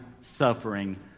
suffering